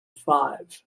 five